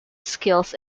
skills